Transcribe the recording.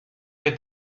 que